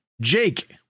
Jake